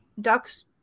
Ducks